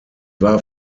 war